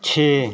छे